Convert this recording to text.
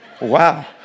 wow